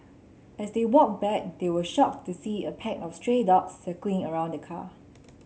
as they walked back they were shocked to see a pack of stray dogs circling around the car